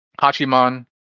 Hachiman